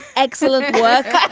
excellent work.